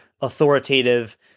authoritative